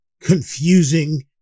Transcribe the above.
confusing